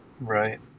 right